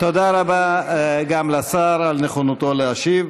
תודה רבה גם לשר על נכונותו להשיב.